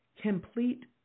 complete